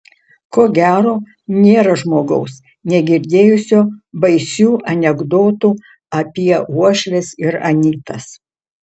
ko gero nėra žmogaus negirdėjusio baisių anekdotų apie uošves ir anytas